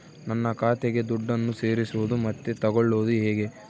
ನನ್ನ ಖಾತೆಗೆ ದುಡ್ಡನ್ನು ಸೇರಿಸೋದು ಮತ್ತೆ ತಗೊಳ್ಳೋದು ಹೇಗೆ?